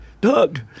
Doug